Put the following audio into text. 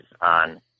on